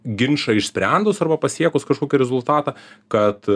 ginčą išsprendus arba pasiekus kažkokį rezultatą kad